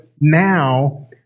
now